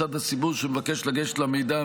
מצד הציבור שמבקש לגשת למידע,